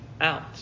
out